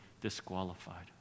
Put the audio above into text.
disqualified